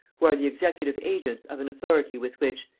who are the executive agents of an authority with which,